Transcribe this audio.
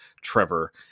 Trevor